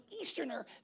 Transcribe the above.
Easterner